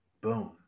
boom